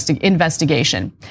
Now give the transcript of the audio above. investigation